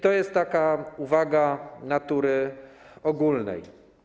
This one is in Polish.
To jest taka uwaga natury ogólnej.